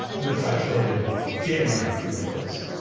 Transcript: and the facts don't give a damn about your feelings.